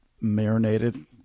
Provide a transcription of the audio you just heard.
marinated